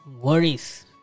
worries